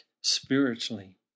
spiritually